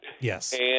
Yes